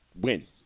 win